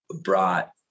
brought